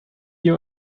you